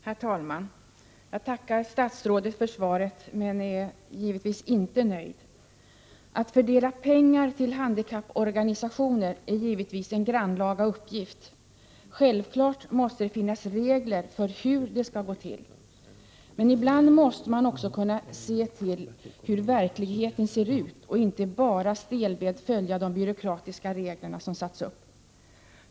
Herr talman! Jag tackar statsrådet för svaret men är givetvis inte nöjd. Att fördela pengar till handikapporganisationer är naturligtvis en grannlaga uppgift. Självfallet måste det finnas regler för hur det skall gå till. Men ibland måste man också kunna se till hur verkligheten ser ut och inte bara stelbent följa de byråkratiska regler som ställts upp.